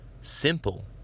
simple